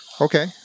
Okay